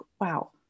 wow